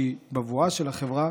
שהיא בבואה של החברה,